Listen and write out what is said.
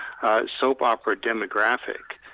soap-opera demographic,